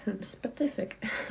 specific